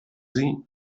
sie